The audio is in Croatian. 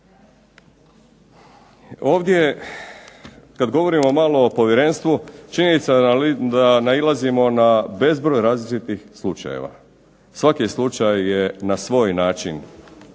Ovdje, kad govorimo malo o povjerenstvu, činjenica je da nailazimo na bezbroj različitih slučajeva. Svaki slučaj je na svoj način